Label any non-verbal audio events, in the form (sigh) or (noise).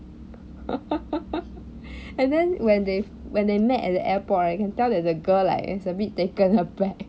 (laughs) and then when they when they met at the airport right you can tell that girl like is a bit taken aback